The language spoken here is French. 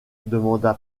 demanda